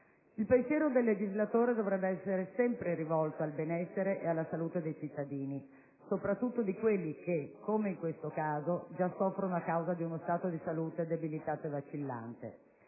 Il pensiero del legislatore dovrebbe essere sempre volto al benessere e alla salute dei cittadini, soprattutto di quelli che, come in questo caso, già soffrono a causa di uno stato di salute debilitato e vacillante,